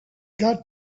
got